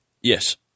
Yes